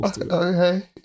Okay